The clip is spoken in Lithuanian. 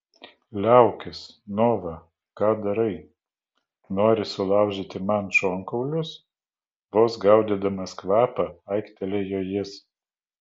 liaukis nova ką darai nori sulaužyti man šonkaulius vos gaudydamas kvapą aiktelėjo jis